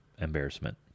embarrassment